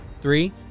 Three